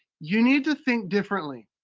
you need to think differently.